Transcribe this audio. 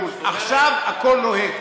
תנו לו בבקשה לסיים את